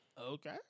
okay